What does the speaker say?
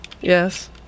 Yes